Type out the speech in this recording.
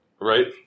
right